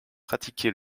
pratiqué